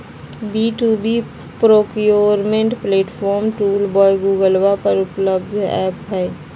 B two B procurement platform tool by गूगलवा पर उपलब्ध ऐप हई